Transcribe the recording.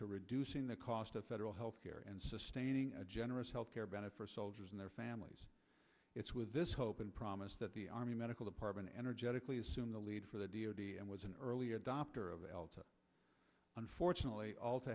to reducing the cost of federal health care and sustaining a generous health care benefits soldiers and their families it's with this hope and promise that the army medical department energetically assume the lead for the d o d and was an early adopter of l t e unfortunately all